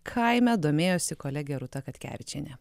kaime domėjosi kolegė rūta katkevičienė